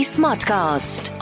Smartcast